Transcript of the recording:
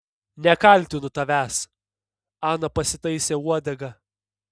nekaltinu tavęs ana pasitaisė uodegą